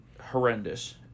Horrendous